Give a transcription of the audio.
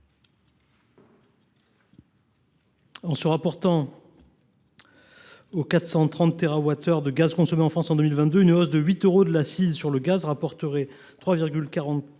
En se rapportant aux 430 térawattheures de gaz consommés en France en 2022, une hausse de 8 euros de l’accise sur le gaz rapporterait 3,44